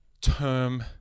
term